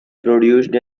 produced